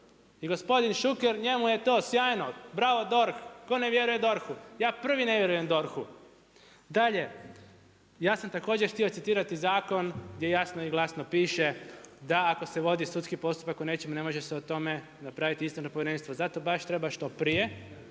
Gospodin Šuker, njemu je to sjajno, bravo DORH, tko ne vjeruje DORH-u, ja prvi ne vjerujem DORH-u. Dalje, ja sam također htio citirati zakon gdje jasno i glasno piše da ako se vodi sudski postupak oko nečeg, ne može o tome napraviti istražno povjerenstvo, zato baš treba što prije,